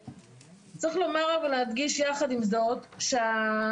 צריך לומר ולהדגיש יחד עם זאת שמתווה